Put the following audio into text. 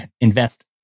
invest